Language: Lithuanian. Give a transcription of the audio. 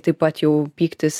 taip pat jau pyktis